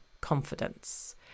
confidence